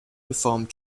reformed